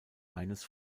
eines